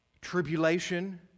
Tribulation